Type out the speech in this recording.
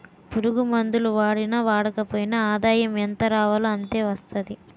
పురుగుమందులు వాడినా వాడకపోయినా ఆదాయం ఎంతరావాలో అంతే వస్తాది